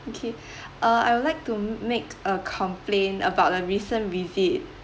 K uh I would like to make a complaint about a recent visit